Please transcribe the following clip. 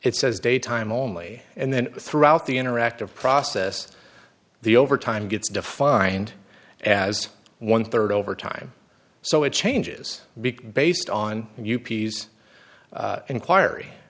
it says daytime only and then throughout the interactive process the overtime gets defined as one rd over time so it changes big based on u p s inquiry